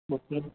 booking